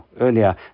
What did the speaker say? earlier